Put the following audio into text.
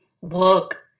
work